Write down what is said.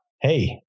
Hey